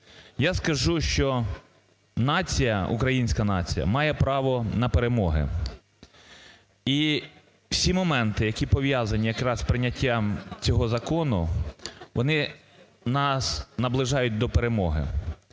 Я скажу, що нація, українська нація, має право на перемоги і всі моменти, які пов'язані якраз із прийняттям цього закону, вони нас наближають до перемоги,